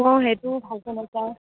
অঁ সেইটো ভালকৈ